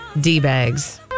D-bags